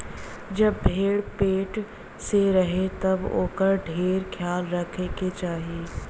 जब भेड़ पेट से रहे तब ओकर ढेर ख्याल रखे के चाही